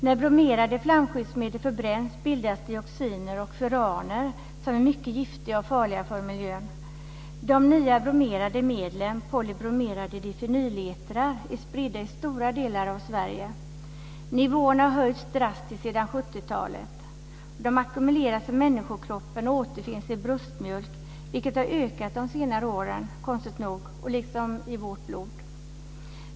När bromerade flamskyddsmedel förbränns bildas dioxiner och furaner som är mycket giftiga och farliga för miljön. De nya bromerade medlen, polybromerade difenyletrar, är spridda i stora delar av Sverige. Nivåerna har drastiskt höjts sedan 70-talet. De ackumuleras i människokroppen och återfinns i bröstmjölk. Konstigt nog har det varit en ökning under senare år, också i vårt blod.